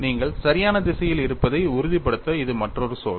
நீங்கள் சரியான திசையில் இருப்பதை உறுதிப்படுத்த இது மற்றொரு சோதனை